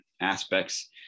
aspects